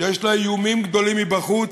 שיש לה איומים גדולים מבחוץ,